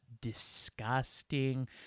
disgusting